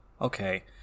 okay